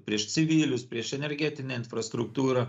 prieš civilius prieš energetinę infrastruktūrą